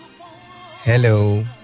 Hello